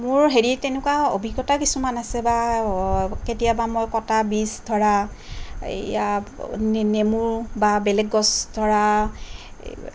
মোৰ হেৰি তেনেকুৱা অভিজ্ঞতা কিছুমান আছে বা কেতিয়াবা মই কটা বীজ ধৰা এইয়া নে নেমু বা বেলেগ গছ ধৰা